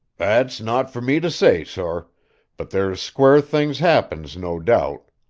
that's not for me to say, sor but there's quare things happens, no doubt.